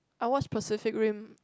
I watch Pacific Rim